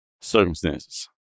circumstances